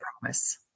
promise